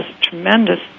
tremendous